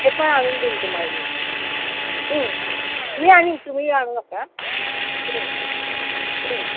ते पण आणून देईन तुम्हाला मी मी आणीन तुम्ही आणू नका